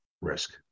risk